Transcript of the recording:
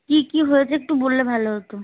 কী কী হয়েছে একটু বললে ভালো হতো